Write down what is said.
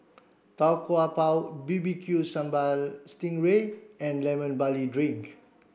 Tau Kwa Pau B B Q Sambal Sting Ray and lemon barley drink